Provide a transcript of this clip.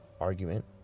argument